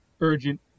Urgent